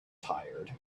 tired